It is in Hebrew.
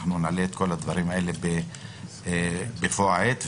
אנחנו נעלה את כל הדברים האלה בבוא העת.